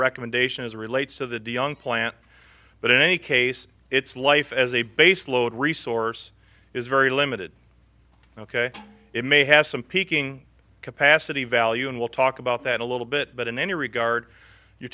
recommendation as relates to the de young plant but in any case it's life as a base load resource is very limited ok it may have some peaking capacity value and we'll talk about that a little bit but in any regard you